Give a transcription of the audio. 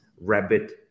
rabbit